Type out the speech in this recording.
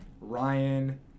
Ryan